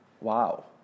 Wow